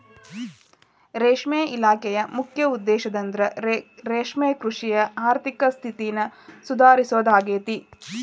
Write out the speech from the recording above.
ರೇಷ್ಮೆ ಇಲಾಖೆಯ ಮುಖ್ಯ ಉದ್ದೇಶಂದ್ರ ರೇಷ್ಮೆಕೃಷಿಯ ಆರ್ಥಿಕ ಸ್ಥಿತಿನ ಸುಧಾರಿಸೋದಾಗೇತಿ